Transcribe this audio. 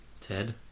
Ted